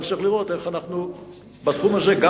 נצטרך לראות איך אנחנו בתחום הזה גם